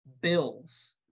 Bills